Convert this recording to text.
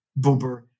Buber